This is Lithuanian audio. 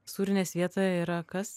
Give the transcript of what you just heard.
sūrinės vieta yra kas